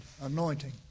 anointing